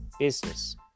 Business